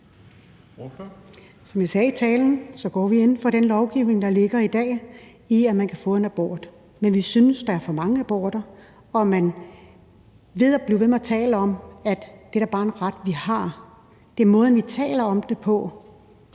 Som jeg sagde i talen, går vi ind for den lovgivning, der ligger i dag, om, at man kan få en abort, men vi synes, at der er for mange aborter, og at man bliver ved med at tale om, at det da bare er en ret, vi har. Det er måden, vi taler om det på,